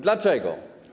Dlaczego?